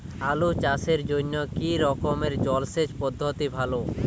আলু চাষের জন্য কী রকম জলসেচ পদ্ধতি ভালো?